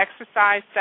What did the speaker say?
exercise